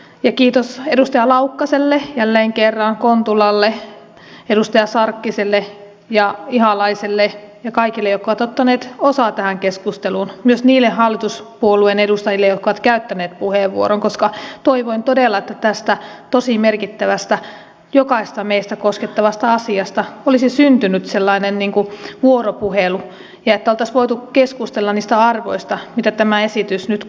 ja kiitos edustaja laukkaselle jälleen kerran edustaja kontulalle edustaja sarkkiselle ja edustaja ihalaiselle ja kaikille jotka ovat ottaneet osaa tähän keskusteluun myös niille hallituspuolueiden edustajille jotka ovat käyttäneet puheenvuoron koska toivoin todella että tästä tosi merkittävästä jokaista meitä koskettavasta asiasta olisi syntynyt sellainen vuoropuhelu ja että oltaisiin voitu keskustella niistä arvoista mitä tämä esitys nyt kuvastaa